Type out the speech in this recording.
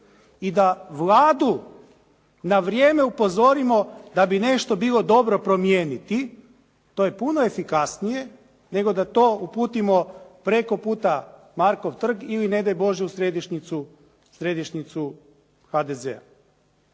i da Vladu na vrijeme upozorimo da bi nešto bilo dobro promijeniti, to je puno efikasnije, nego da to uputimo preko puta Markov trg ili ne daj Bože, u središnjicu HDZ-a.